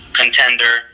contender